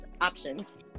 options